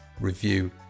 review